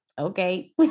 okay